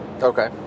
Okay